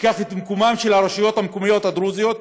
אקח את מקומן של הרשויות המקומיות הדרוזיות,